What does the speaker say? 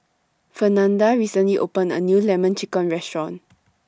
Fernanda recently opened A New Lemon Chicken Restaurant